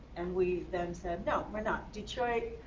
and we then said, no, we're not. detroit,